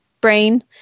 brain